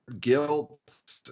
guilt